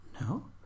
No